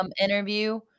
interview